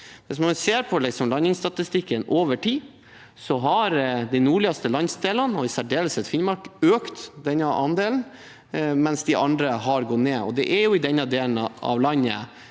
Hvis man ser på landingsstatistikken over tid, har de nordligste landsdelene – og i særdeleshet Finnmark – økt denne andelen, mens de andre har gått ned. Det er i denne delen av landet